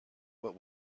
but